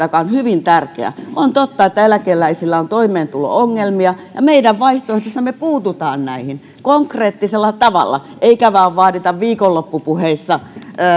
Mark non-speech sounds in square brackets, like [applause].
[unintelligible] joka on hyvin tärkeä on totta että eläkeläisillä on toimeentulo ongelmia meidän vaihtoehdossamme puututaan näihin konkreettisella tavalla eikä vain vaadita viikonloppupuheissa